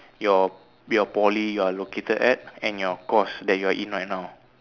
your your poly you are located at and your course that you're in right now